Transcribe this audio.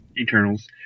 Eternals